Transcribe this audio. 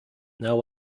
now